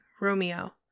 Romeo